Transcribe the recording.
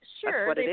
Sure